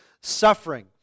suffering